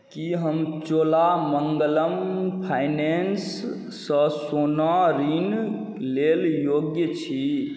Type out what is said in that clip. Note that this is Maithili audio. की हम चोलामण्डलम फाइनेंससँ सोना ऋण लेल योग्य छी